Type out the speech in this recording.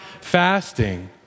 fasting